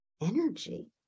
energy